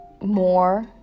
more